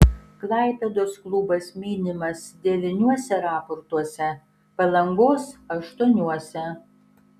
klaipėdos klubas minimas devyniuose raportuose palangos aštuoniuose